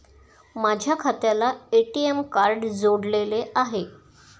माझ्या खात्याला ATM card जोडलेले आहे